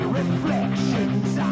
reflections